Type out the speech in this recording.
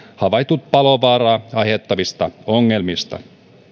havaituista palovaaraa aiheuttavista ongelmista